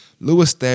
Lewis